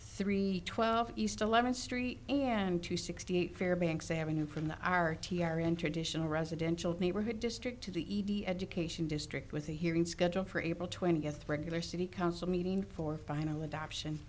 three twelve east eleventh street and two sixty eight fairbanks avenue from the r t r enter dition a residential neighborhood district to the easy education district with a hearing scheduled for april twentieth regular city council meeting for final adoption